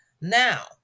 Now